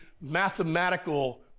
mathematical